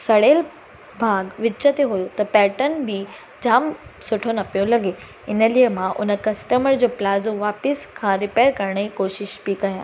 सड़ियलु भाग विच ते हुओ त पैटन बि जाम सुठो न पियो लॻे हिन लिए मां उन कस्टमर जो प्लाज़ो वापसि खां रिपेयर करण जी कोशिशि पई कया